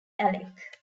alec